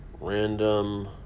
Random